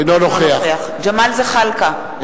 אינו נוכח ג'מאל זחאלקה,